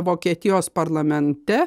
vokietijos parlamente